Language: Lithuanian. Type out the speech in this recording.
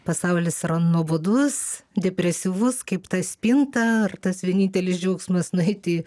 pasaulis yra nuobodus depresyvus kaip ta spinta ar tas vienintelis džiaugsmas nueiti